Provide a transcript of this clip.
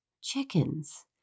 chickens